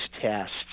tests